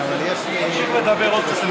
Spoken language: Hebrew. תמשיך לדבר עוד קצת.